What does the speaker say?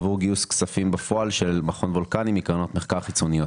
עבור גיוס כספים בפועל של מכון וולקני מקרנות מחקר חיצוניות.